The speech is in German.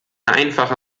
einfache